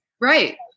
Right